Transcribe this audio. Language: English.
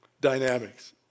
dynamics